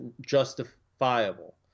justifiable